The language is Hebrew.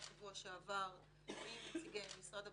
בשבוע שעבר קיימנו ישיבה עם נציגי משרד הבריאות,